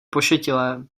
pošetilé